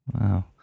Wow